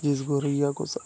जिस गाैरय्या को सब